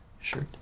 shirt